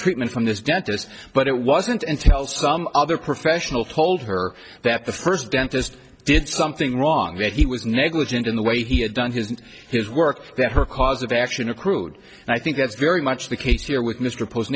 treatment from this dentist but it wasn't and tell some other professional told her that the first dentist did something wrong that he was negligent in the way he had done his and his work that her cause of action accrued and i think that's very much the case here with mr pos